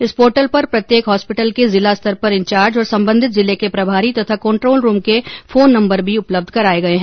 इस पोर्टल पर प्रत्येक होस्पिटल के जिला स्तर पर इंचार्ज और संबंधित जिले के प्रभारी तथा कन्ट्रोल रूम के फोन नम्बर भी उपलब्ध कराये गये हैं